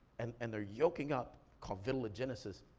and and they're yolking up, called vitellogenesis,